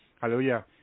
hallelujah